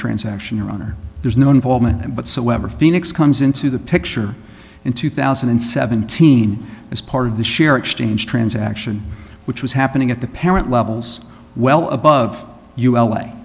transaction your honor there's no involvement but soever phoenix comes into the picture in two thousand and seventeen as part of the share exchange transaction which was happening at the parent levels well above you l